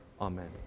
Amen